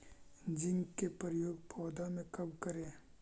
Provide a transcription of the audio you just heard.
Zinc के प्रयोग पौधा मे कब करे?